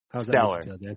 Stellar